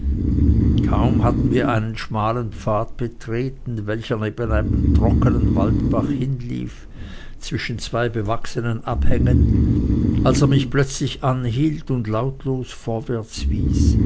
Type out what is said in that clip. kaum hatten wir einen schmalen pfad betreten welcher neben einem trockenen waldbache hinlief zwischen zwei bewachsenen abhängen als er mich plötzlich anhielt und lautlos vorwärts wies